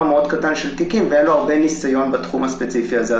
מאוד קטן של תיקים ואין לו הרבה ניסיון בתחום הספציפי הזה.